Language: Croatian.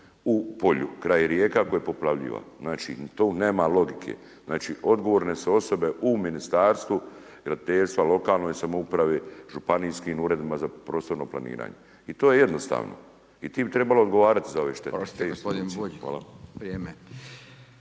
u polju, kraj rijeka koje poplavljiva. Znači tu nema logike. Znači odgovorne su osobe u Ministarstvu graditeljstva, lokalnoj samoupravi, županijskim uredima za prostorno planiranje. I to je jednostavno i ti bi trebali odgovarati za ove štete. Hvala. **Radin, Furio (Nezavisni)**